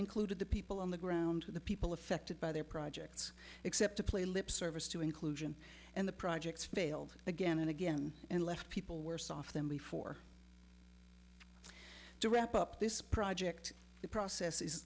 included the people on the ground to the people affected by their projects except to play lip service to inclusion and the projects failed again and again and left people worse off than before to wrap up this project the process is